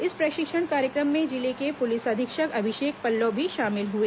इस प्रशिक्षण कार्यक्रम में जिले के पुलिस अधीक्षक अभिषेक पल्लव भी शामिल हुए